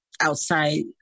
outside